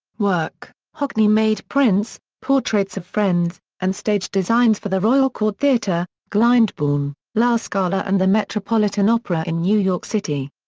work hockney made prints, portraits of friends, and stage designs for the royal court theatre, glyndebourne, la scala and the metropolitan opera in new york city.